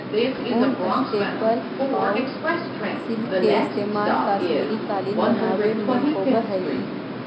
ऊन, स्टेपल आउ सिल्क के इस्तेमाल कश्मीरी कालीन बनावे में होवऽ हइ